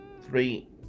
Three